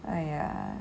!aiya!